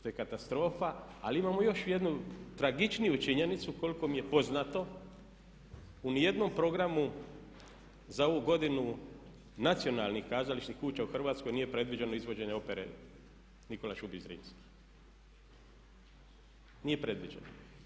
Ali imamo još jednu tragičniju činjenicu, koliko mi je poznato u nijednom programu za ovu godinu nacionalnih kazališnih kuća u Hrvatskoj nije predviđeno izvođenje opere "Nikola Šubić Zrinski", nije predviđeno.